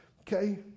okay